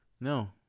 No